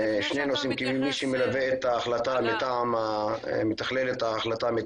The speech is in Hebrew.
אני אתייחס לשני נושאים כמי שמלווה את ההחלטה מטעם מתכלל ההחלטה.